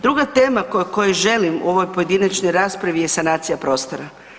Druga tema o kojoj želim u ovoj pojedinačnoj raspravi je sanacija prostora.